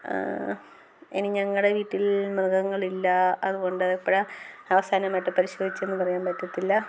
ഇനി ഞങ്ങളുടെ വീട്ടിൽ മൃഗങ്ങളില്ല അതുകൊണ്ട് എപ്പോഴാണ് അവസാനമായിട്ട് പരിശോധിച്ചത് എന്ന് പറയാൻ പറ്റത്തില്ല